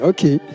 Okay